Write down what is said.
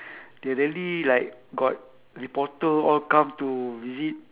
they really like got reporter all come to visit